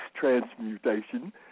Transmutation